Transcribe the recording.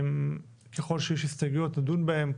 ככל שיש הסתייגויות נדון בהן,